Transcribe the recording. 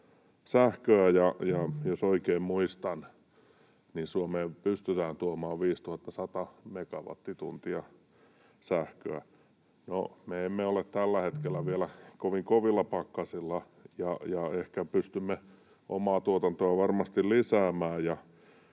jos oikein muistan, Suomeen pystytään tuomaan 5 100 megawattituntia sähköä. No, me emme ole tällä hetkellä vielä kovin kovilla pakkasilla ja ehkä pystymme omaa tuotantoa varmasti lisäämään,